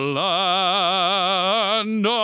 land